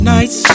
Nights